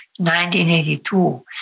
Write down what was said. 1982